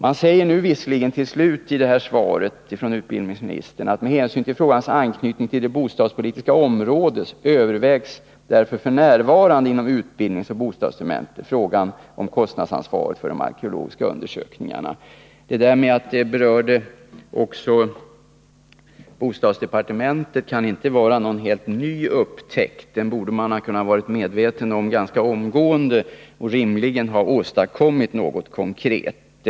Det sägs nu visserligen i svaret från utbildningsministern: ”Med hänsyn till frågans anknytning till det bostadspolitiska området övervägs därför f. n. inom utbildningsoch bostadsdepartementen frågan om kostnadsansvaret för de arkeologiska undersökningarna.” Det förhållandet att frågan också berör bostadsdepartementet kan inte vara någon helt ny upptäckt. Detta borde man ha kunnat vara medveten om ganska omgående och rimligen ha åstadkommit något konkret.